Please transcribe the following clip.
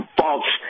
false